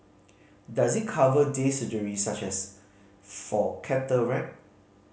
does it cover day surgery such as for cataract